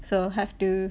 so have to